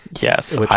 Yes